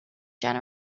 general